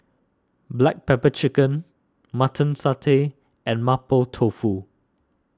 Black Pepper Chicken Mutton Satay and Mapo Tofu